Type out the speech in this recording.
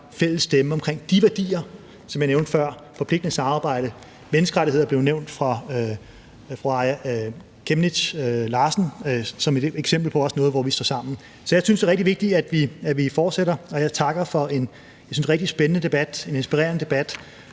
fælles stemme omkring de værdier, som jeg nævnte før, bl.a. forpligtende samarbejde. Menneskerettigheder blev nævnt af fru Aaja Chemnitz Larsen som et eksempel på noget, hvor vi også står sammen. Så jeg synes, det er rigtig vigtigt, at vi fortsætter. Jeg takker for en rigtig, synes jeg, spændende debat, en inspirerende debat